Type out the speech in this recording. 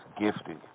gifted